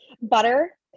Butter